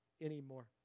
anymore